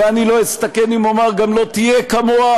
ואני לא אסתכן אם אומר שגם לא תהיה כמוה,